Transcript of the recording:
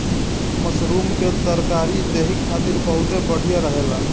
mushroom के तरकारी देहि खातिर बहुते बढ़िया रहेला